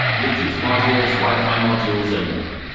bluetooth modules, wifi modules and more.